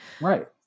Right